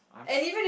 i'm sure